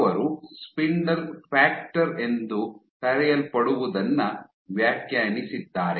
ಅವರು spindle factor ಎಂದು ಕರೆಯಲ್ಪಡುವುದನ್ನು ವ್ಯಾಖ್ಯಾನಿಸಿದ್ದಾರೆ